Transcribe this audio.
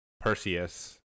Perseus